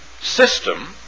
system